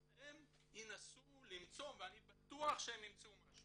הם ינסו למצוא ואני בטוח שהם ימצאו משהו.